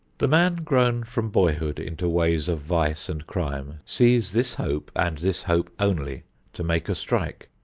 the man grown from boyhood into ways of vice and crime sees this hope and this hope only to make a strike.